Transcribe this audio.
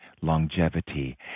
longevity